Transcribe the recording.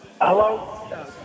Hello